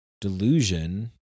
delusion